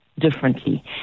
differently